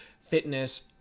fitness